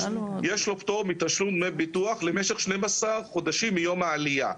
יש לו פטור מתשלום דמי ביטוח למשך 12 חודשים מיום העלייה,